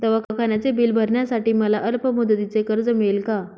दवाखान्याचे बिल भरण्यासाठी मला अल्पमुदतीचे कर्ज मिळेल का?